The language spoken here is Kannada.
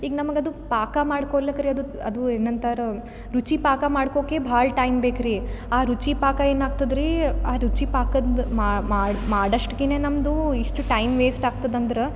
ಈಗ ನಮ್ಗೆ ಅದು ಪಾಕ ಮಾಡ್ಕೊಳ್ಳಿಕ್ರಿ ಅದು ಅದು ಏನಂತಾರ ರುಚಿಪಾಕ ಮಾಡ್ಕೋಕೆ ಭಾಳ ಟೈಮ್ ಬೇಕ್ರಿ ಆ ರುಚಿಪಾಕ ಏನಾಗ್ತದ್ರಿ ಆ ರುಚಿಪಾಕದ್ದು ಮಾಡೋಸ್ಟ್ಗೇ ನಮ್ಮದು ಇಷ್ಟು ಟೈಮ್ ವೇಸ್ಟ್ ಆಗ್ತದಂದ್ರೆ